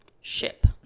ship